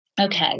Okay